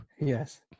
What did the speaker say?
yes